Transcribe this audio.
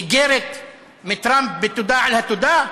איגרת מטראמפ בתודה על התודה?